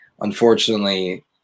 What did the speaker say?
unfortunately